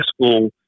school